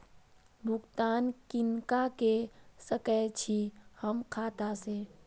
भुगतान किनका के सकै छी हम खाता से?